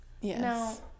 Yes